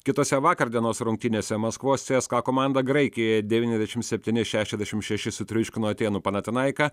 kitose vakar dienos rungtynėse maskvos cska komanda graikijoje devyniasdešimt septyni šešiasdešimt šeši sutriuškino atėnų panathinaiką